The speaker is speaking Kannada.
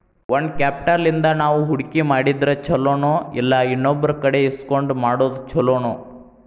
ಓನ್ ಕ್ಯಾಪ್ಟಲ್ ಇಂದಾ ನಾವು ಹೂಡ್ಕಿ ಮಾಡಿದ್ರ ಛಲೊನೊಇಲ್ಲಾ ಇನ್ನೊಬ್ರಕಡೆ ಇಸ್ಕೊಂಡ್ ಮಾಡೊದ್ ಛೊಲೊನೊ?